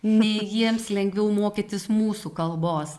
nei jiems lengviau mokytis mūsų kalbos